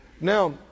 Now